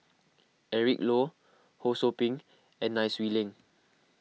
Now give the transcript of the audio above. Eric Low Ho Sou Ping and Nai Swee Leng